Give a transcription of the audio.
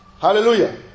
Hallelujah